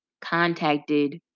contacted